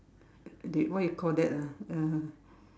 they what you call that ah uh